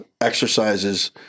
exercises